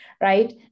Right